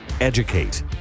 Educate